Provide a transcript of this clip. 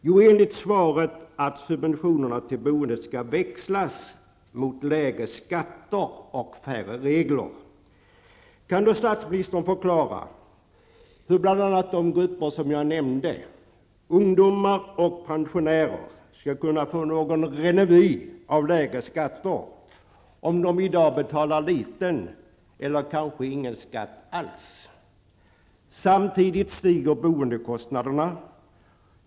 Jo, enligt svaret att subventionerna till boendet skall växlas mot lägre skatter och färre regler. Kan då statsministern förklara hur bl.a. de grupper som jag nämnde, ungdomar och pensionärer, skall kunna få någon reveny av lägre skatter, om de i dag betalar liten eller kanske ingen skatt alls? Samtidigt stiger boendekostnaderna.